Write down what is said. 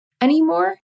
anymore